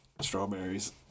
strawberries